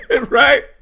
Right